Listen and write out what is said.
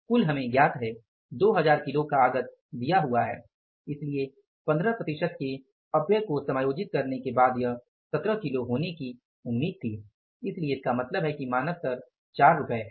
कुल हमें ज्ञात है 2000 किलो का आगत दिया हुआ है इसलिए 15 प्रतिशत के अपव्यय को समायोजित करने के बाद यह 1700 किलो होने की उम्मीद थी इसलिए इसका मतलब है कि मानक दर 4 रुपये है